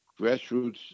grassroots